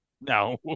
No